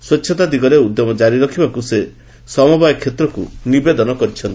ସ୍ୱଚ୍ଚତା ଦିଗରେ ଉଦ୍ୟମ କାରି ରଖିବାକୁ ସେ ସମବାୟ କ୍ଷେତ୍ରକୁ ନିବେଦନ କରିଛନ୍ତି